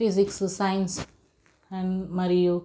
physics science and మరియు